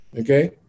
okay